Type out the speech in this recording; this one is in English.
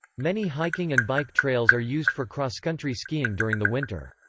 many hiking and bike trails are used for cross-country skiing during the winter.